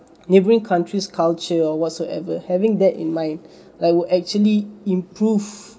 neighbouring countries' culture or whatsoever having that in mind like will actually improve